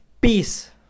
Peace